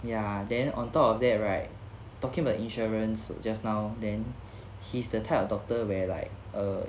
ya then on top of that right talking about insurance just now then he's the type of doctor where like err